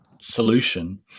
solution